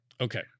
Okay